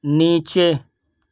نیچے